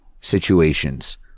situations